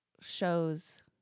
shows